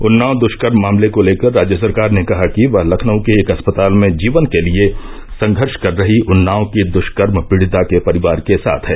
उन्नाब दृष्कर्म मामले को लेकर राज्य सरकार ने कहा है कि वह लखनऊ के एक अस्पताल में जीवन के लिए संघर्ष कर रही उन्नाव की दृष्कर्म पीड़िता के परिवार के साथ है